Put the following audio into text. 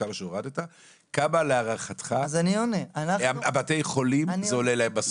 כמה להערכתך זה עולה לבתי החולים בסוף?